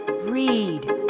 read